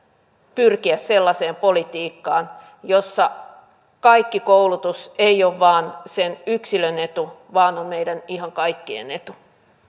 pyrkiä sellaiseen politiikkaan jossa kaikki koulutus ei ole vain sen yksilön etu vaan meidän ihan kaikkien etu